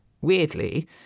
Weirdly